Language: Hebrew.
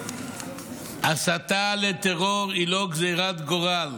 הסתה לטרור היא לא גזרת גורל,